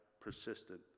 persistent